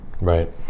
Right